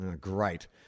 Great